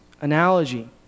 analogy